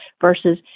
versus